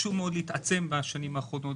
התקשו מאוד להתעצם בשנים האחרונות.